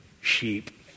Sheep